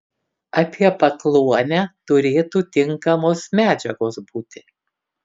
apie pakluonę turėtų tinkamos medžiagos būti